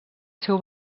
seu